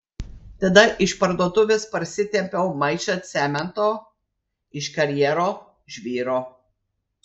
tada iš parduotuvės parsitempiau maišą cemento iš karjero žvyro